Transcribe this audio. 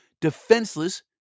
defenseless